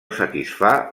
satisfà